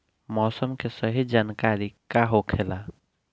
मौसम के सही जानकारी का होखेला?